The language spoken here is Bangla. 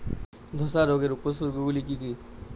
ধসা রোগের উপসর্গগুলি কি কি?